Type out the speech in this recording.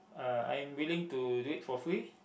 uh I'm willing to do it for free